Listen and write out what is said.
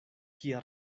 kia